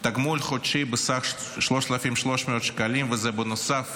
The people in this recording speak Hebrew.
תגמול חודשי בסך 3,300 שקלים, וזה נוסף